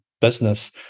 business